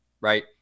right